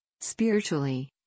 Spiritually